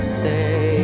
say